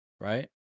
Right